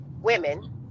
women